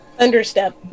Thunderstep